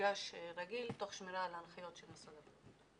למפגש רגיל תוך שמירה על ההנחיות של משרד הבריאות?